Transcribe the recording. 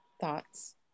thoughts